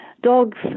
Dogs